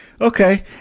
okay